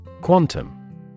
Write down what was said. Quantum